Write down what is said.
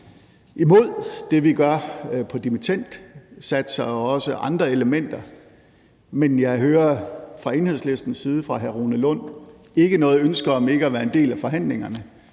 imod det, vi gør i forhold til dimittendsatser, og også andre elementer, men jeg hører fra Enhedslistens hr. Rune Lund ikke noget ønske om ikke at være en del af forhandlingerne.